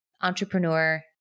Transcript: entrepreneur